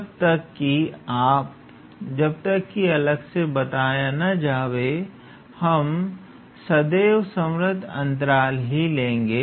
जब तक की अलग से बताया ना जाए हम सदैव संवृतअंतराल ही लेंगे